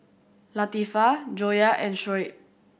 Latifa Joyah and Shoaib